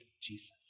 Jesus